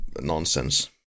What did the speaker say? nonsense